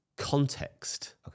context